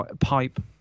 pipe